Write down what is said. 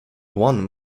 one